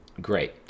great